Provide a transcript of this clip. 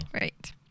Right